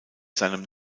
seinem